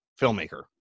filmmaker